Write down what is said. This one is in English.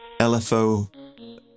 LFO